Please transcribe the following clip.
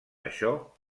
això